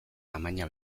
tamaina